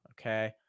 Okay